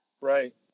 Right